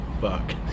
fuck